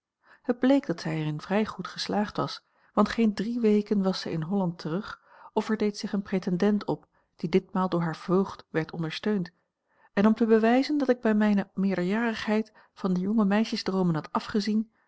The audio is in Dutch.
het bleek dat zij hierin vrij goed geslaagd was want geen drie weken was zij in holland terug of er deed zich een pretendent op die ditmaal door haar voogd werd ondersteund en om te bewijzen dat ik bij mijne meerderjarigheid van de jonge meisjesdroomen had afgezien